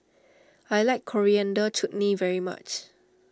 I like Coriander Chutney very much